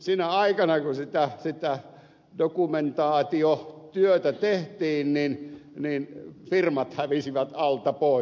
sinä aikana kun sitä dokumentaatiotyötä tehtiin firmat hävisivät alta pois